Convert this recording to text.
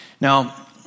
Now